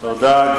תודה.